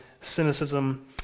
cynicism